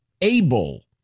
able